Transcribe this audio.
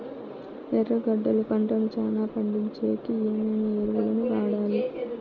ఎర్రగడ్డలు పంటను చానా పండించేకి ఏమేమి ఎరువులని వాడాలి?